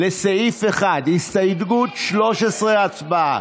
לסעיף 1. הסתייגות 13, הצבעה.